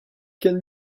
can